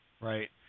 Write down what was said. right